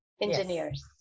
engineers